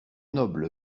noble